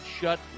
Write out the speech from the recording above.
shut